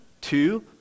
two